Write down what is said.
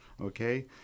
okay